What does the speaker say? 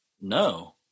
No